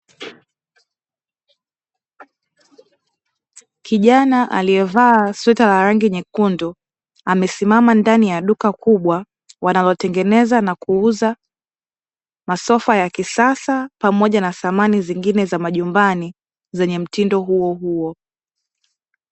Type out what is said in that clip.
Kijana aliyevaa sweta la rangi nyekundu, amesimama ndani ya duka kubwa wanalotengeneza na kuuza masofa ya kisasa pamoja na samani zengine za majumbani zenye mtindo huohuo.